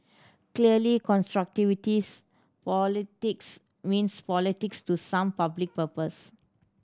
clearly politics means politics to some public purpose